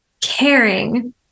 caring